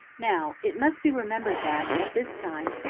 now, it must be remembered that, at this time,